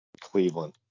Cleveland